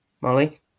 Molly